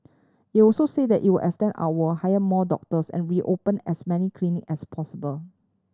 it also said that it will extend hour hire more doctors and reopen as many clinic as possible